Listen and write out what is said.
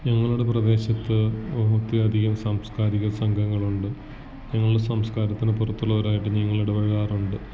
ഞങ്ങളുടെ പ്രദേശത്ത് ഒത്തിരിയധികം സാംസ്കാരിക സംഘങ്ങൾ ഉണ്ട് ഞങ്ങളുടെ സംസ്കാരത്തിന് പുറത്തുള്ളവരായിട്ട് ഞങ്ങൾ ഇടപഴകാറുണ്ട്